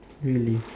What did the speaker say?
really